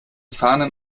fahnen